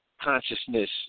consciousness